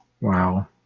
Wow